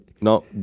No